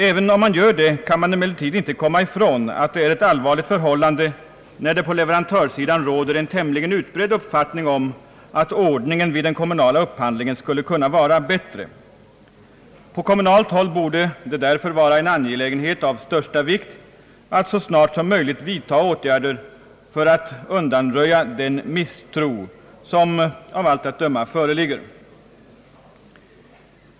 Även om man gör det kan man emellertid inte komma ifrån att det är ett allvarligt förhållande när det på leverantörssidan råder en tämligen utbredd uppfattning om att ordningen vid den kommunala upphandlingen skulle kunna vara bättre. På kommunalt håll borde det därför vara en angelägenhet av största vikt att så snart som möjligt vidta åtgärder för att undanröja den misstro som av allt att döma föreligger.